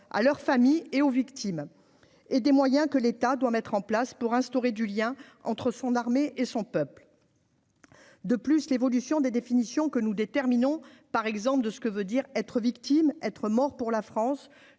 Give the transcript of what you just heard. à leurs familles et aux victimes et des moyens que l'État doit mettre en place pour instaurer du lien entre son armée et son peuple, de plus, l'évolution des définitions que nous déterminons par exemple de ce que veut dire être victime être mort pour la France du